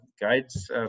guides